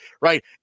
right